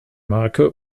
marke